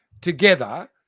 together